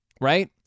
right